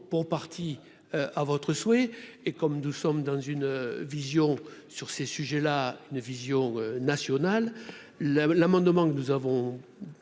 pour partie à votre souhait et comme nous sommes dans une vision sur ces sujets là une vision nationale là l'amendement que nous avons